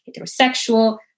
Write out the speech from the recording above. heterosexual